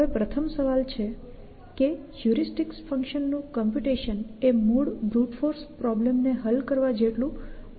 હવે પ્રથમ સવાલ છે કે હ્યુરિસ્ટિક ફંક્શન નું કમ્પ્યૂટેશન એ મૂળ બ્રુટ ફોર્સ પ્રોબ્લેમ ને હલ કરવા જેટલું મોટું ન હોવું જોઈએ